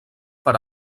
per